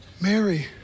Mary